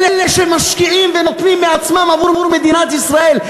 אלה שמשקיעים ונותנים מעצמם עבור מדינת ישראל.